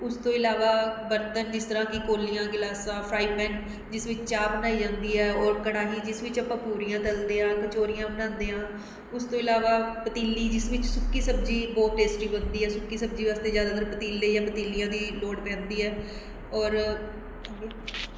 ਉਸ ਤੋਂ ਇਲਾਵਾ ਬਰਤਨ ਜਿਸ ਤਰ੍ਹਾਂ ਕਿ ਕੌਲੀਆਂ ਗਿਲਾਸਾਂ ਫਰਾਈਪੈਨ ਜਿਸ ਵਿੱਚ ਚਾਹ ਬਣਾਈ ਜਾਂਦੀ ਹੈ ਔਰ ਕੜਾਹੀ ਜਿਸ ਵਿੱਚ ਆਪਾਂ ਪੂਰੀਆਂ ਤਲਦੇ ਹਾਂ ਕਚੋਰੀਆਂ ਬਣਾਉਂਦੇ ਹਾਂ ਉਸ ਤੋਂ ਇਲਾਵਾ ਪਤੀਲੀ ਜਿਸ ਵਿੱਚ ਸੁੱਕੀ ਸਬਜ਼ੀ ਬਹੁਤ ਟੇਸਟੀ ਬਣਦੀ ਹੈ ਸੁੱਕੀ ਸਬਜ਼ੀ ਵਾਸਤੇ ਜ਼ਿਆਦਾਤਰ ਪਤੀਲੇ ਜਾਂ ਪਤੀਲੀਆਂ ਦੀ ਲੋੜ ਪੈਂਦੀ ਹੈ ਔਰ